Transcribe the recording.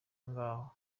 ngaho